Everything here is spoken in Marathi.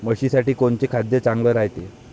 म्हशीसाठी कोनचे खाद्य चांगलं रायते?